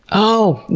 oh,